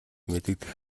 мэдэгдэх